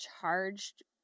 charged